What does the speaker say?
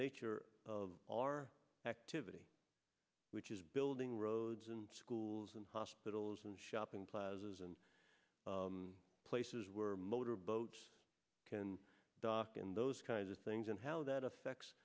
nature of our activity which is building roads and schools and hospitals and shopping plazas and places were motorboat can doc and those kinds of things and how that affects